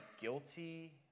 guilty